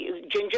ginger